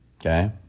Okay